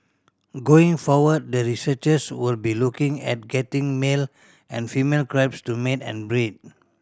going forward the researchers will be looking at getting male and female crabs to mate and breed